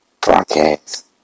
Broadcast